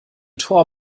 tor